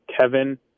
kevin